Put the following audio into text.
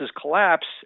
collapse